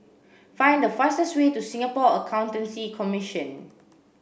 find the fastest way to Singapore Accountancy Commission